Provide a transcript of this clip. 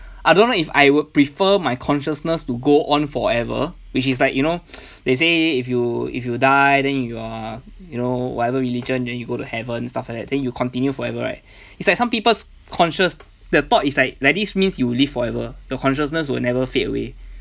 I don't know if I would prefer my consciousness to go on forever which is like you know they say if you if you die then you are you know whatever religion then you go to heaven stuff like that then you continue forever right it's like some people's conscious the thought is like like this means you will live forever the consciousness will never fade away